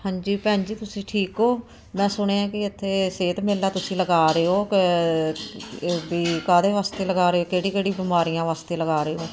ਹਾਂਜੀ ਭੈਣ ਜੀ ਤੁਸੀਂ ਠੀਕ ਹੋ ਮੈਂ ਸੁਣਿਆ ਕਿ ਇੱਥੇ ਸਿਹਤ ਮੇਲਾ ਤੁਸੀਂ ਲਗਾ ਰਹੇ ਹੋ ਵੀ ਕਾਹਦੇ ਵਾਸਤੇ ਲਗਾ ਰਹੇ ਕਿਹੜੀ ਕਿਹੜੀ ਬਿਮਾਰੀਆਂ ਵਾਸਤੇ ਲਗਾ ਰਹੇ ਹੋ